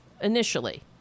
initially